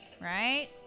Right